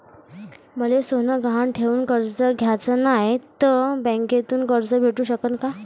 मले सोनं गहान ठेवून कर्ज घ्याचं नाय, त मले बँकेमधून कर्ज भेटू शकन का?